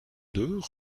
deux